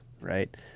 right